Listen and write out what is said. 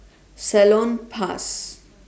Salonpas